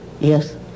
yes